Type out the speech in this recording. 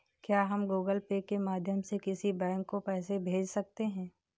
क्या हम Google Pay के माध्यम से किसी बैंक को पैसे भेज सकते हैं?